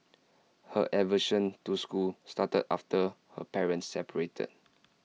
her aversion to school started after her parents separated